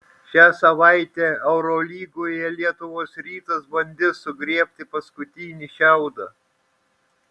šią savaitę eurolygoje lietuvos rytas bandys sugriebti paskutinį šiaudą